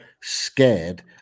scared